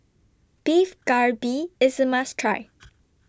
Beef Galbi IS A must Try